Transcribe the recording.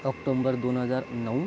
ऑक्टोंबर दोन हजार नऊ